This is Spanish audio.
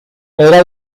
era